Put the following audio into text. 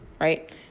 right